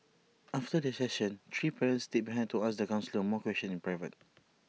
after the session three parents stayed behind to ask the counsellor more questions in private